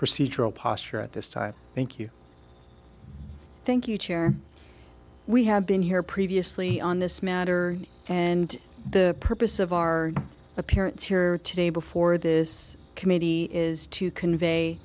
procedural posture at this time thank you thank you chair we have been here previously on this matter and the purpose of our appearance here today before this committee is to convey